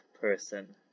person